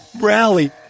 rally